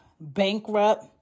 bankrupt